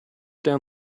down